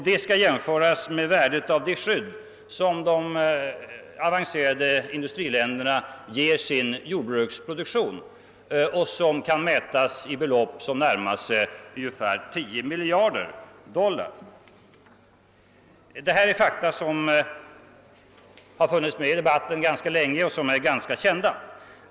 Detta skall då jämföras med värdet av det skydd som de avancerade industriländerna ger sin jordbruksproduktion och som kan mätas i belopp på uppåt 10 miljarder dollar. Det här är fakta som förelegat rätt länge och som är ganska kända.